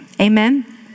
amen